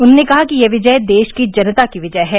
उन्होंने कहा कि यह विजय देश की जनता की विजय है